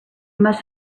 must